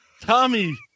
Tommy